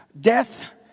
death